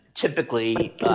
typically